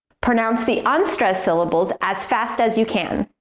pronounce the unstressed syllables as fast as you can.